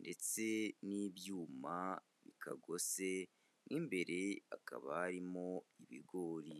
ndetse n'ibyuma bikagose, mo imbere hakaba harimo ibigori.